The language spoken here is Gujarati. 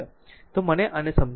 તો મને આને સમજાવા દો બરાબર ને